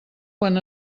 quan